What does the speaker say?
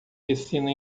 piscina